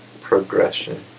progression